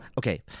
okay